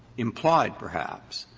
implied perhaps,